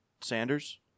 Sanders